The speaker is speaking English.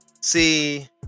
see